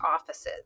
offices